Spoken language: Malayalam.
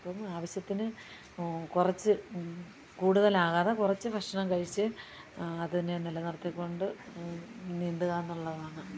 അപ്പം ആവശ്യത്തിന് കുറച്ച് കൂടുതലാകാതെ കുറച്ച് ഭക്ഷണം കഴിച്ച് അതിനെ നിലനിർത്തികൊണ്ട് നീന്തുകാന്നുള്ളതാണ്